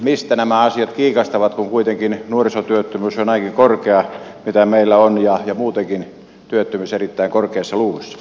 mistä nämä asiat kiikastavat kun kuitenkin nuorisotyöttömyys on näinkin korkea kuin meillä on ja muutenkin työttömyys erittäin korkeissa luvuissa